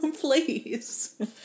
Please